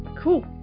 cool